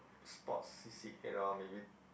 sports C_C_A lor maybe